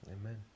Amen